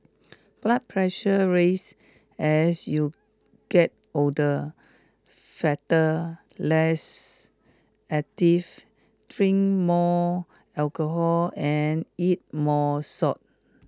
blood pressure raise as you get older fatter less active drink more alcohol and eat more salt